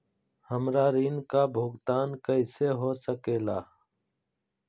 हमरा ऋण का भुगतान कैसे हो सके ला?